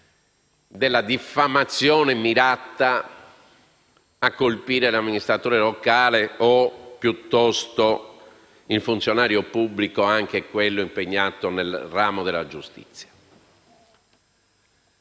della diffamazione mirata a colpire l'amministratore locale o piuttosto il funzionario pubblico, anche quello impegnato nel ramo della giustizia.